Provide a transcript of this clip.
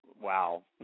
Wow